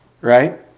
Right